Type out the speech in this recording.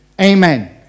Amen